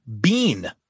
Bean